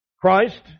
Christ